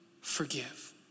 forgive